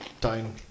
down